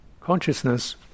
Consciousness